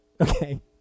okay